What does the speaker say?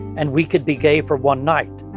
and we could be gay for one night